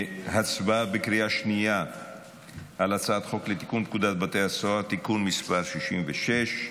להצבעה בקריאה שנייה על הצעת חוק לתיקון פקודת בתי הסוהר (תיקון מס' 66,